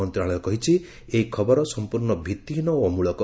ମନ୍ତ୍ରଣାଳୟ କହିଛି ଏହି ଖବର ସଫ୍ଚର୍ଣ୍ଣ ଭିଭିହୀନ ଓ ଅମଳକ